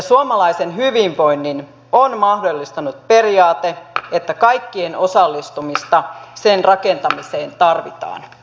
suomalaisen hyvinvoinnin on mahdollistanut periaate että kaikkien osallistumista sen rakentamiseen tarvitaan